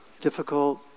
difficult